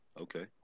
okay